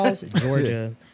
Georgia